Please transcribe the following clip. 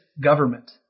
government